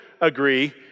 agree